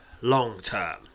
long-term